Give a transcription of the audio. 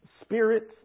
Spirit's